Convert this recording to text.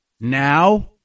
now